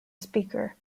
speaker